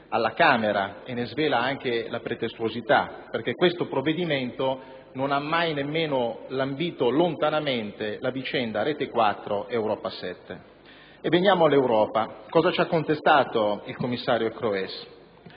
alla Camera e ne svela anche la pretestuosità, perché questo provvedimento non ha mai nemmeno lambito lontanamente la vicenda Retequattro-Europa 7. Veniamo all'Europa. Cosa ci ha contestato il commissario Kroes?